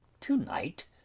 To-night